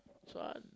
so I